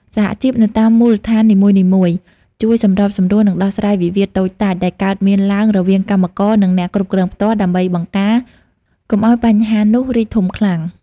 សហជីពនៅតាមមូលដ្ឋាននីមួយៗ ជួយសម្របសម្រួល និងដោះស្រាយវិវាទតូចតាចដែលកើតមានឡើងរវាងកម្មករ និងអ្នកគ្រប់គ្រងផ្ទាល់ ដើម្បីបង្ការកុំឱ្យបញ្ហានោះរីកធំខ្លាំង។